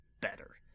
better